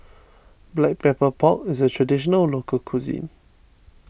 Black Pepper Pork is a Traditional Local Cuisine